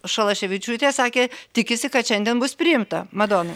šalaševičiūtė sakė tikisi kad šiandien bus priimta madona